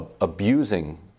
abusing